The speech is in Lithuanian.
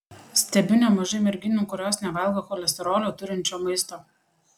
stebiu nemažai merginų kurios nevalgo cholesterolio turinčio maisto